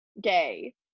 gay